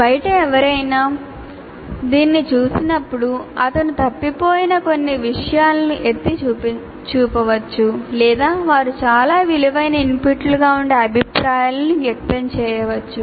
బయట ఎవరైనా దీనిని చూసినప్పుడు అతను తప్పిపోయిన కొన్ని విషయాలను ఎత్తి చూపవచ్చు లేదా వారు చాలా విలువైన ఇన్పుట్లుగా ఉండే అభిప్రాయాలను వ్యక్తం చేయవచ్చు